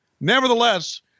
Nevertheless